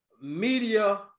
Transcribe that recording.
media